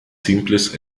simples